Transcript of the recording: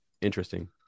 interesting